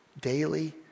daily